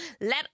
let